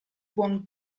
buon